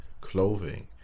clothing